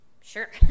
Sure